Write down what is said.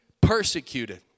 persecuted